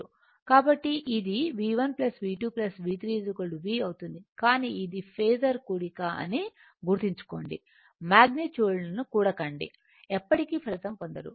కాబట్టి ఇది V1 V2 V3 V అవుతుంది కానీ ఇది ఫేసర్ కూడిక అని గుర్తుంచుకోండి మాగ్నిట్యూడ్ను ని కూడకండి ఎప్పటికీ ఫలితం పొందరు